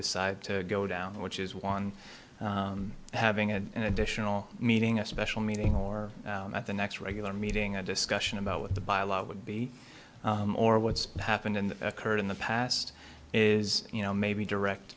decide to go down which is one having and additional meeting a special meeting or at the next regular meeting a discussion about what the buy a lot would be or what's happened in the occurred in the past is you know maybe direct